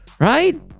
right